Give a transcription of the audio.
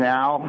Now